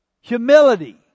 Humility